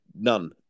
none